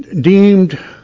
deemed